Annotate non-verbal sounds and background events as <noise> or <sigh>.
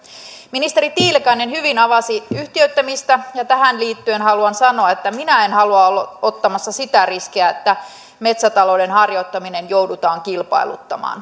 ministeri tiilikainen hyvin avasi yhtiöittämistä ja tähän liittyen haluan sanoa että minä en halua olla ottamassa sitä riskiä että metsätalouden harjoittaminen joudutaan kilpailuttamaan <unintelligible>